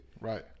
Right